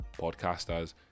podcasters